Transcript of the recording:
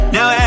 Now